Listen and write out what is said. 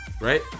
Right